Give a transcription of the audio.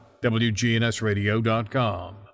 wgnsradio.com